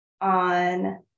on